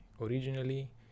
originally